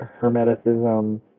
Hermeticism